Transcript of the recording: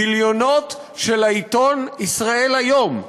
גיליונות של העיתון "ישראל היום",